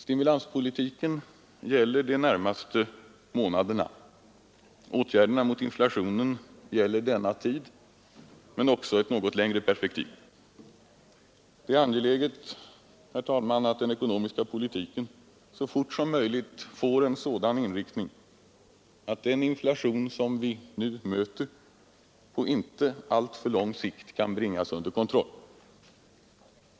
Stimulanspolitiken gäller de närmaste månaderna. Åtgärderna mot inflationen avser denna tid men också ett längre perspektiv. Det är angeläget, herr talman, att den ekonomiska politiken så fort som möjligt får en sådan inriktning att den inflation vi nu möter på inte alltför lång sikt kan bringas under kontroll.